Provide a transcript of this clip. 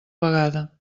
vegada